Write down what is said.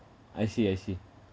I see I see